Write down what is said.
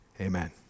Amen